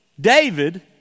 David